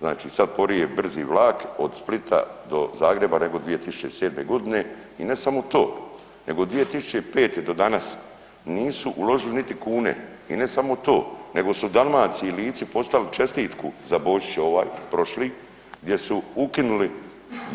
Znači sad sporiji brzi vlak od Splita do Zagreba nego 2007.g. i ne samo to nego 2005.do danas nisu uložili niti kune, i ne samo to nego su Dalmaciji i Lici poslali čestitku za Božić ovaj, prošli gdje su ukinuli